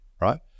right